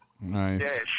Nice